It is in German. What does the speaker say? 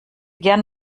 gerne